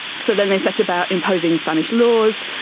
so then they set about imposing spanish laws,